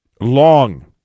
long